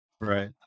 Right